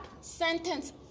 sentence